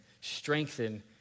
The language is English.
strengthen